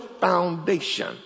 foundation